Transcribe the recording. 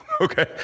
Okay